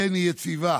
כן, היא יציבה,